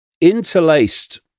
interlaced